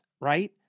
right